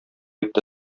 итте